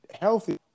healthy